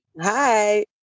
Hi